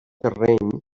terreny